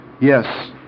yes